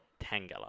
Tangela